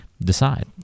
decide